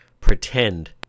pretend